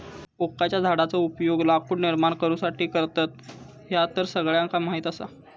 ओकाच्या झाडाचो उपयोग लाकूड निर्माण करुसाठी करतत, ह्या तर सगळ्यांका माहीत आसा